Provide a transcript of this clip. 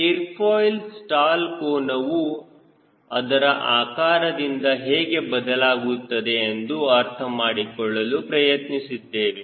air foil stall ಕೋನವು ಅದರ ಆಕಾರದಿಂದ ಹೇಗೆ ಬದಲಾಗುತ್ತದೆ ಎಂದು ಅರ್ಥಮಾಡಿಕೊಳ್ಳಲು ಪ್ರಯತ್ನಿಸಿದ್ದೇವೆ